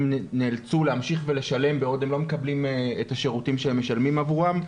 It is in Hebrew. נאלצו להמשיך ולשלם בעוד הם לא מקבלים את השירותים שהם משלמים עבורם.